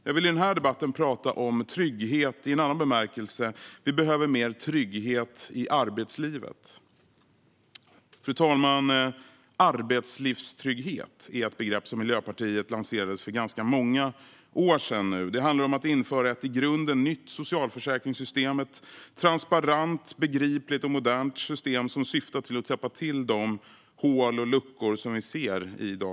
Jag vill i den här debatten tala om trygghet i en annan bemärkelse. Vi behöver mer trygghet i arbetslivet. Fru talman! Arbetslivstrygghet är ett begrepp som Miljöpartiet lanserade för ganska många år sedan. Det handlar om att införa ett i grunden nytt socialförsäkringssystem - ett transparent, begripligt och modernt system som syftar till att täppa till de hål och luckor som vi ser i dagens system.